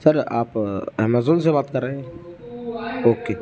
سر آپ امازون سے بات کر رہے ہیں اوکے